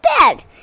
bed